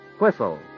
Whistle